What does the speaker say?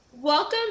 Welcome